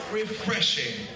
refreshing